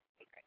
Okay